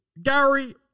Gary